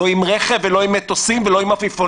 לא עם רכב, לא עם מטוסים ולא עם עפיפונים.